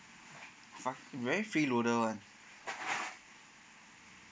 five very free loader one